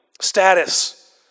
status